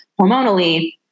hormonally